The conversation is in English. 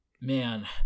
man